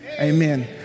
Amen